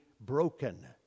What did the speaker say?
broken